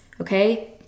okay